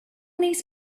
these